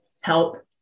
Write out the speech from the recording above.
help